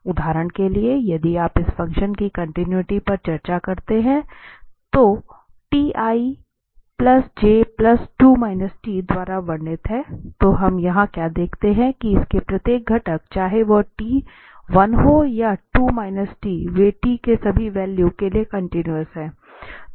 तो उदाहरण के लिए यदि आप इस फ़ंक्शन की कॉन्टिनुइटी पर चर्चा करना चाहते हैं जो t i j k द्वारा वर्णित है तो हम यहां क्या देखते हैं कि इसके प्रत्येक घटक चाहे वह t 1 हो या 2 t 2 वे t के सभी वैल्यू के लिए कन्टीन्यूस हैं